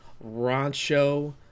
Rancho